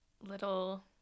little